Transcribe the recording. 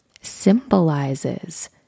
symbolizes